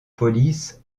police